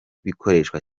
bikoreshwa